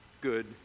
good